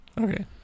Okay